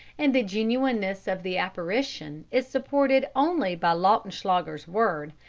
and the genuineness of the apparition is supported only by lautenschlager's word,